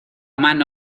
mano